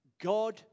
God